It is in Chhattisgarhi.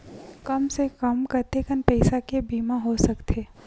कम से कम कतेकन पईसा के बीमा हो सकथे?